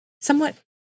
somewhat